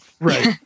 Right